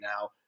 now